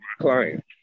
client